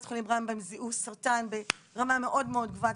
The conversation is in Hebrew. חולים רמב"ם זיהו סרטן ברמה מאוד מאוד גבוהה.